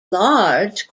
large